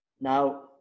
Now